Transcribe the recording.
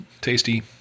tasty